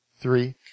three